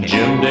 Jim